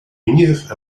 niñez